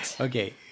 Okay